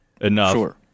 enough